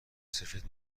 سفید